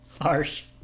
Harsh